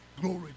Glory